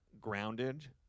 grounded